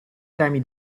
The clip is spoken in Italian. temi